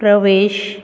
प्रवेश